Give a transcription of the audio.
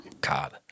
God